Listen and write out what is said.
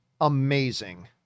amazing